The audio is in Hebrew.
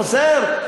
חסר?